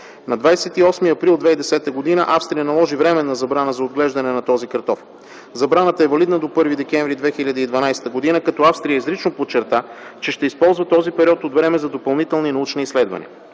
На 28 април 2010 г. Австрия наложи временна забрана за отглеждане на този картоф. Забраната е валидна до 1 декември 2012 г., като Австрия изрично подчерта, че ще използва този период от време за допълнителни научни изследвания.